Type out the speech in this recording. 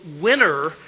winner